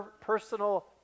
personal